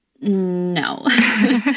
No